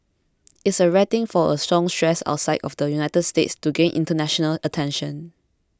it's a rare thing for a songstress outside of the United States to gain international attention